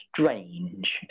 strange